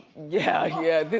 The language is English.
yeah, yeah,